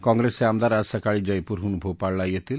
कॉंप्रेसचे आमदार आज सकाळी जयपूरहून भोपाळला येतील